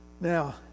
Now